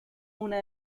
una